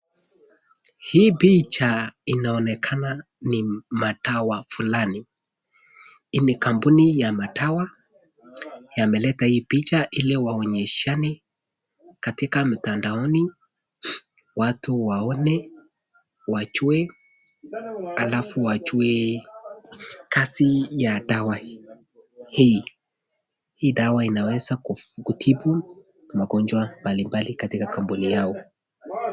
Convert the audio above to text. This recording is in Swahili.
Hii picha inaonekana ni madawa fulani. Ni kampuni ya madawa, yameleta hii picha ili waonyeshane katika mitandaoni watu waone, wajue halafu wajue kazi ya dawa hii. Hii dawa inaweza kutibu magonjwa mbalimbali katika kampuni yao.